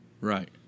Right